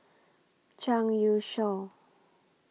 Zhang Youshuo